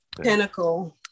Pinnacle